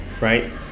right